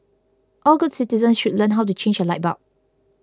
all good citizens should learn how to change a light bulb